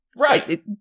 Right